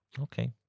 Okay